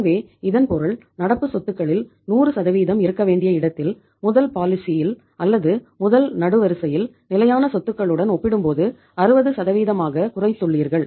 எனவே இதன் பொருள் நடப்பு சொத்துகளில் 100 இருக்க வேண்டிய இடத்தில முதல் பாலிசியில் அல்லது முதல் நெடுவரிசையில் நிலையான சொத்துகளுடன் ஒப்பிடும்போது 60 ஆக குறைத்துள்ளீர்கள்